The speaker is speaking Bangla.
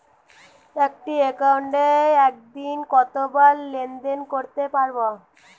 একটি একাউন্টে একদিনে কতবার লেনদেন করতে পারব?